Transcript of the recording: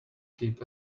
keep